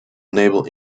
enable